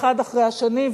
האחד אחרי השני,